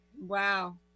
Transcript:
wow